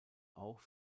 auch